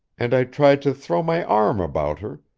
and i tried to throw my arm about her,